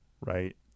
right